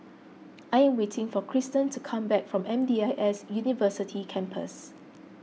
I am waiting for Kristen to come back from M D I S University Campus